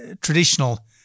traditional